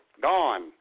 gone